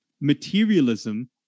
materialism